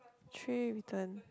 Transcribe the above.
tray written